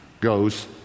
goes